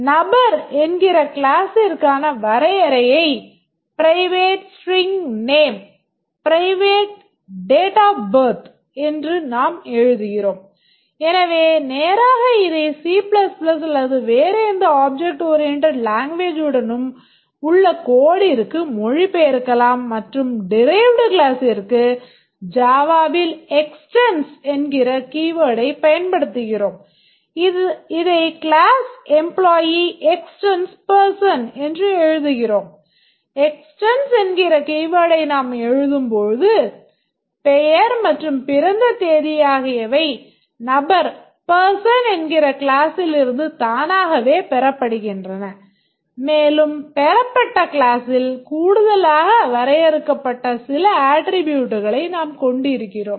நபர் என்கிற கிளாஸ்சிலிருந்து தானாகவே பெறப்படுகின்றன மேலும் பெறப்பட்ட கிளாசில் கூடுதலாக வரையறுக்கப்பட்ட சில அட்ட்ரிபூட்க்களை நாம் கொண்டிருக்கிறோம்